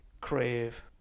crave